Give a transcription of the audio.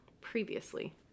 previously